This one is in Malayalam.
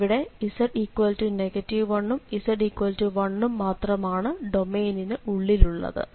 ഇവിടെ z 1 ഉം z1 ഉം മാത്രമാണ് ഡൊമെയ്നിനു ഉള്ളിലുള്ളത്